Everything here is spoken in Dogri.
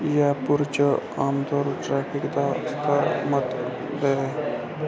जयपुर च आमदोरफ्त ट्रैफिक दा स्तर मता ऐ